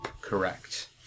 correct